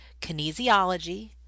kinesiology